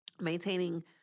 maintaining